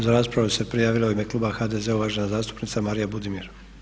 Za raspravu se prijavila u ime kluba HDZ-a uvažena zastupnica Marija Budimir.